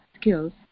skills